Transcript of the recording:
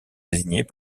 désignés